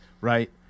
right